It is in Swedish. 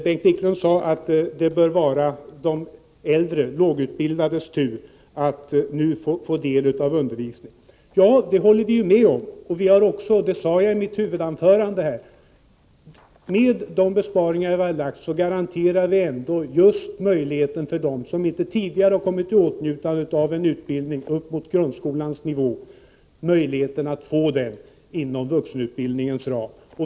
Bengt Wiklund sade att det bör vara de äldre lågutbildades tur att nu få undervisning. Ja, det håller vi med om. Som jag sade i mitt huvudanförande garanterar vi med de besparingar vi har föreslagit dem som tidigare inte har kommit i åtnjutande av utbildning upp till grundskolans nivå möjligheten att få sådan utbildning inom vuxenutbildningens ram.